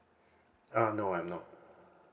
uh no I'm not